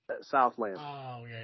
Southland